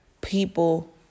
people